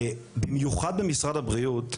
במיוחד במשרד הבריאות,